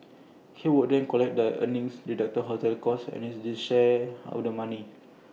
he would then collect their earnings deduct hotel costs and his share of the money